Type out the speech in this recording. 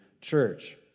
church